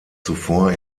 zuvor